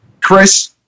Chris